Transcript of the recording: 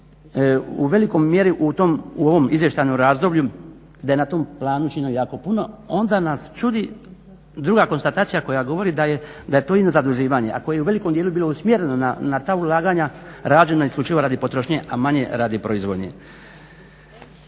u velikoj mjeri u ovom izvještajnom razdoblju da je na tom planu činio jako puno onda nas čudi druga konstatacija koja govori da je ino zaduživanje, a koje je u velikom dijelu bilo usmjereno na ta ulaganja rađeno isključivo radi potrošnje a manji radi proizvodnje.